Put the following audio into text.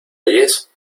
oyes